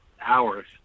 hours